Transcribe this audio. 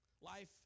Life